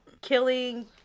killing